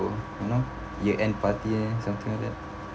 you know year end party something like that